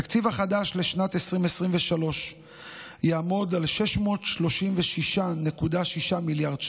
התקציב החדש לשנת 2023 יעמוד על 636.6 מיליארד ש"ח.